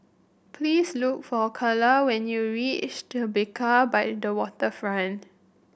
please look for Carla when you reach Tribeca by the Waterfront